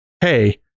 hey